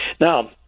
Now